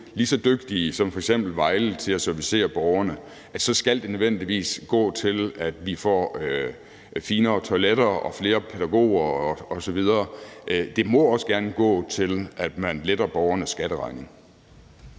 lige så dygtige som f.eks. Vejle Kommune til at servicere borgerne, skal det nødvendigvis gå til, at vi får finere toiletter og flere pædagoger osv.; det må også gerne gå til, at man letter borgernes skatteregning.